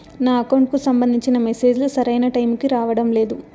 నా అకౌంట్ కు సంబంధించిన మెసేజ్ లు సరైన టైము కి రావడం లేదు